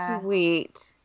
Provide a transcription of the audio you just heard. sweet